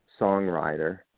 songwriter